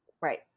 Right